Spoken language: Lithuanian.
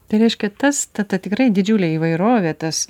tai reiškia tas ta ta tikrai didžiulė įvairovė tas